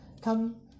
come